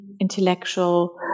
intellectual